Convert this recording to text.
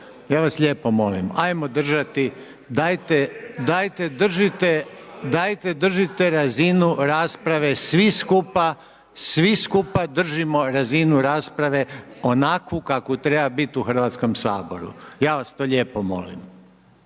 ja vas lijepo molim, ajmo držati, dajte držite razinu rasprave svi skupa, svi skupa držimo razinu rasprave onakvu kakva treba biti u Hrvatskom saboru. Ja vas to lijepo molim,